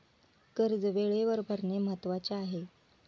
कर्ज वेळेवर भरणे महत्वाचे आहे